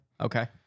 Okay